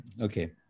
Okay